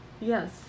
Yes